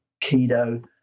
keto